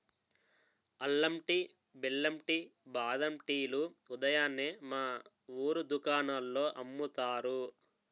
అల్లం టీ, బెల్లం టీ, బాదం టీ లు ఉదయాన్నే మా వూరు దుకాణాల్లో అమ్ముతారు